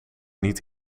niet